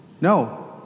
No